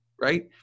right